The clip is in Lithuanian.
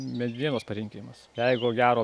medienos parinkimas jeigo gero